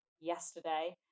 yesterday